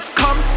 come